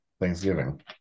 Thanksgiving